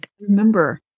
remember